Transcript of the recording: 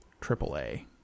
Triple-A